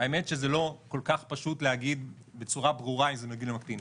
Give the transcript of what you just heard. האמת שזה לא כל כך פשוט להגיד בצורה ברורה אם זה מגדיל או מקטין.